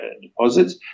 deposits